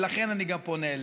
ולכן אני פונה אליך.